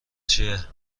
چیه